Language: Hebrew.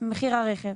ממחיר הרכב.